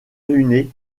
ruiné